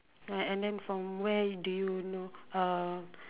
uh and and then from where do you know uh